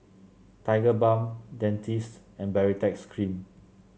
Tigerbalm Dentiste and Baritex Cream